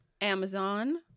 Amazon